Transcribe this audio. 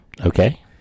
Okay